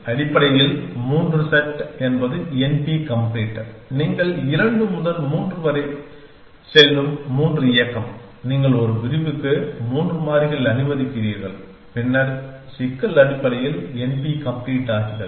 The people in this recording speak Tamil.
அடிப்படையில் 3 சட் என்பது NP கம்ப்ளீட் நீங்கள் 2 முதல் 3 வரை செல்லும் 3 இயக்கம் நீங்கள் ஒரு பிரிவுக்கு 3 மாறிகள் அனுமதிக்கிறீர்கள் பின்னர் சிக்கல் அடிப்படையில் NP கம்ப்ளீட் ஆகிறது